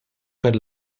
per